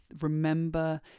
remember